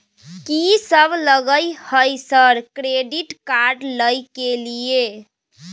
कि सब लगय हय सर क्रेडिट कार्ड लय के लिए?